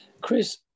Chris